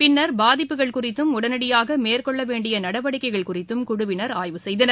பின்னர் பாதிப்புகள் குறித்தும் உடனடியாக மேற்கொள்ள வேண்டிய நடவடிக்கைகள் குறித்தும் குழுவினர் ஆய்வு செய்தனர்